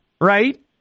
right